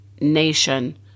nation